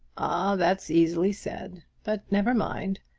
ah that's easily said. but never mind.